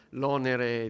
l'onere